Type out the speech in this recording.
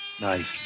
nice